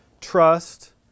trust